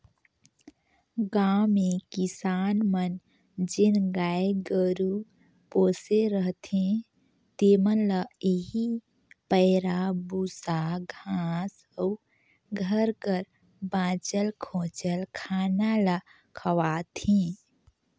गाँव में किसान मन जेन गाय गरू पोसे रहथें तेमन ल एही पैरा, बूसा, घांस अउ घर कर बांचल खोंचल खाना ल खवाथें